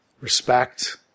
respect